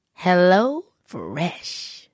HelloFresh